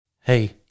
Hey